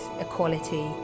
equality